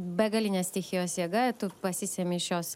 begalinės stichijos jėga tu pasisemi iš jos